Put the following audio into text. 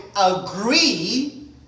agree